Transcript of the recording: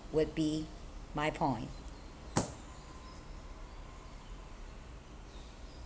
would be my point